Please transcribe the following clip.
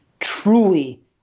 Truly